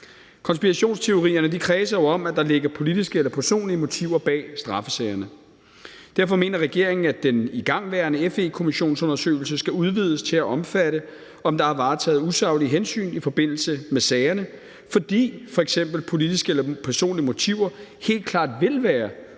Konspirationsteorierne kredser jo om, at der ligger politiske eller personlige motiver bag straffesagerne. Derfor mener regeringen, at den igangværende FE-kommissionsundersøgelse skal udvides til at omfatte, om der er varetaget usaglige hensyn i forbindelse med sagerne, fordi f.eks. politiske eller personlige motiver helt klart vil være